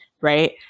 right